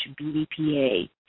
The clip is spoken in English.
BDPA